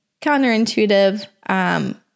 counterintuitive